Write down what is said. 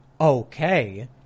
okay